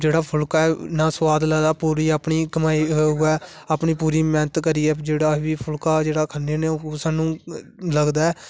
जेहड़ा फुल्का ऐ ना सुआद लगदा पूरा अपनी कमाई उऐ अपनी पूरी मैहनत करियै जेहड़ा बी फुल्का खन्ने होन्ने ओह् सानू लगदा